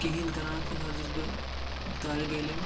کِہیٖنۍ کَران فِلحال چھُس بہٕ طالبہِ علم